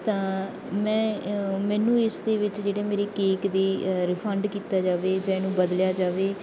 ਤਾਂ ਮੈਂ ਮੈਨੂੰ ਇਸ ਦੇ ਵਿੱਚ ਜਿਹੜੇ ਮੇਰੇ ਕੇਕ ਦੀ ਰਿਫੰਡ ਕੀਤਾ ਜਾਵੇ ਜਾਂ ਇਹਨੂੰ ਬਦਲਿਆ ਜਾਵੇ